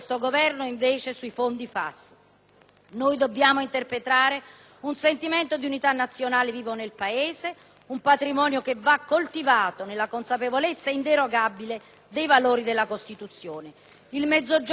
«Noi dobbiamo interpretare un sentimento di unità nazionale vivo nel Paese, un patrimonio che va coltivato nella consapevolezza inderogabile dei valori della Costituzione». Il Mezzogiorno dovrà essere all'altezza di questa sfida,